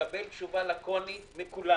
מקבל תשובה לקונית מכולם: